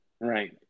Right